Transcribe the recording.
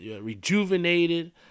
Rejuvenated